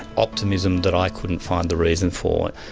optimism that i couldn't find the reason for,